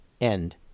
End